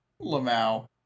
Lamau